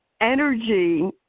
energy